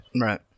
Right